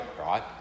right